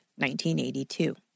1982